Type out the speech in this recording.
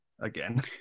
again